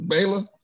Baylor